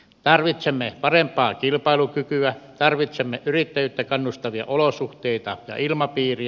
tarvitsemme parempaa kilpailukykyä tarvitsemme yrittäjyyttä kannustavia olosuhteita ja ilmapiiriä